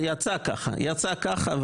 יצא ככה.